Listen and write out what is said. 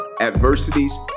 adversities